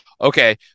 okay